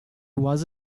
was